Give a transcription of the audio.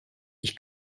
ich